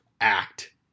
act